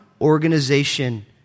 organization